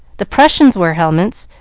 the prussians wear helmets,